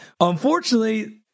Unfortunately